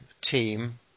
team